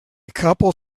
couple